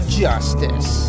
justice